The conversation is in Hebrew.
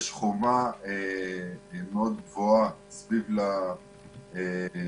יש חומה גבוהה מאוד סביב לקבוצות.